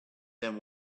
than